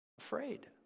afraid